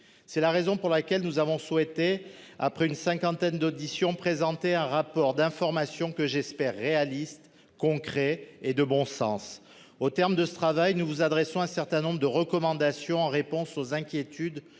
C'est la raison pour laquelle nous avons souhaité après une cinquantaine d'audition présenté un rapport d'information que j'espère réalistes concrets et de bon sens. Au terme de ce travail, nous vous adressons un certain nombre de recommandations, en réponse aux inquiétudes